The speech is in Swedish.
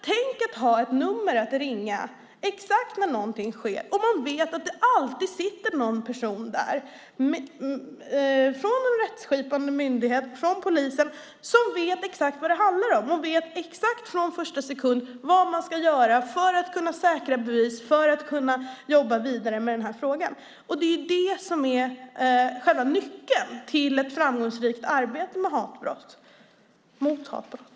Tänk att ha ett nummer att ringa just när något sker och veta att det alltid finns en person från en rättskipande myndighet, från polisen, som vet exakt vad det handlar om och från första sekund vet vad man ska göra för att säkra bevis och jobba vidare med frågan. Det är nyckeln till ett framgångsrikt arbete mot hatbrott.